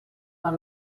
pel